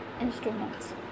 instruments